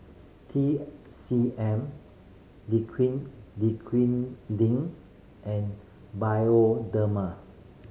T C M and Bioderma